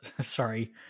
sorry